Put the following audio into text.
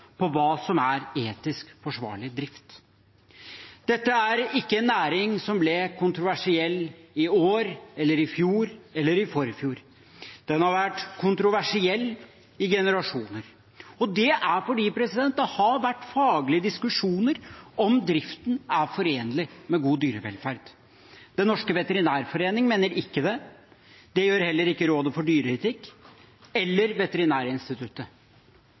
av hva som er etisk forsvarlig drift. Dette er ikke en næring som ble kontroversiell i år eller i fjor eller i forfjor. Den har vært kontroversiell i generasjoner, og det er fordi det har vært faglige diskusjoner om driften er forenlig med god dyrevelferd. Den norske veterinærforening mener ikke det. Det gjør heller ikke Rådet for dyreetikk eller Veterinærinstituttet.